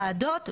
ועדות ומ.מ.מ.